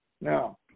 Now